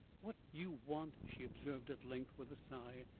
what you want, she observed at length, with a sigh,